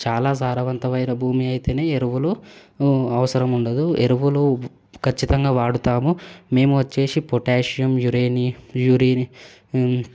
చాలా సారవంతమైన భూమి అయితేనే ఎరువులు అవసరం ఉండదు ఎరువులు ఖచ్చితంగా వాడుతాము మేము వచ్చేసి పొటాషియం యురేనియం యురేని